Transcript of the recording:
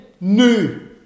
new